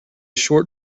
short